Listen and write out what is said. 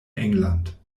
england